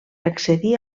accedir